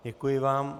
Děkuji vám.